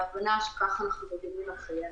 להבנה שכך אנחנו מגינים על חיי אדם.